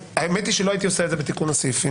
האמת היא שלא הייתי עושה את זה בתיקון הסעיפים.